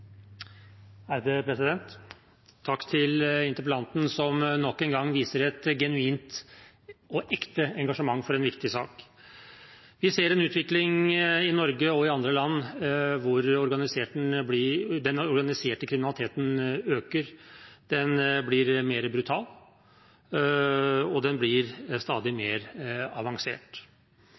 Takk til interpellanten, som nok en gang viser et genuint og ekte engasjement for en viktig sak. Vi ser en utvikling i Norge og i andre land hvor den organiserte kriminaliteten øker, den blir mer brutal, og den blir stadig mer avansert.